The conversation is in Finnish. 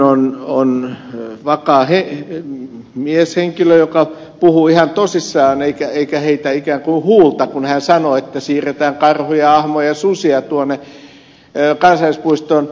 oinonen on vakaa mieshenkilö joka puhuu ihan tosissaan eikä heitä ikään kuin huulta kun hän sanoo että siirretään karhuja ahmoja ja susia tuonne kansallispuistoon